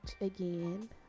again